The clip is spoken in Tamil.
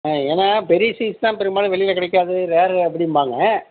ஏன்னால் பெரிய சைஸ் தான் பெரும்பாலும் வெளியில் கிடைக்காது ரேரு அப்படிம்பாங்க